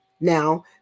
Now